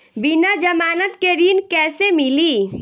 बिना जमानत के ऋण कैसे मिली?